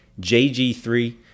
jg3